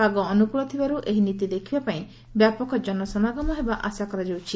ପାଗ ଅନୁକୁଳ ଥିବାରୁ ଏହି ନୀତି ଦେଖିବା ପାଇଁ ବ୍ୟାପକ ଜନସମାଗମ ହେବା ଆଶା କରାଯାଉଛି